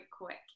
quick